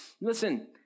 Listen